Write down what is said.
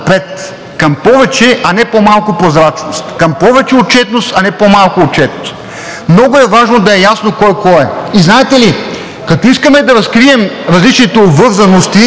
към повече, а не по-малко прозрачност; към повече отчетност, а не по-малко отчетност. Много е важно да е ясно кой кой е. Знаете ли, като искаме да разкрием различните обвързаности,